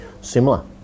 similar